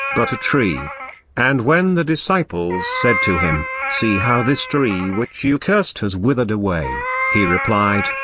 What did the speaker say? but a tree and when the disciples said to him, see how this tree which you cursed has withered away, he replied,